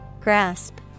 Grasp